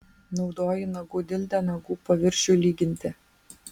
naudoji nagų dildę nagų paviršiui lyginti